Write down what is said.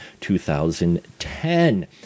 2010